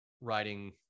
writing